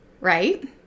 right